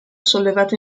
sollevato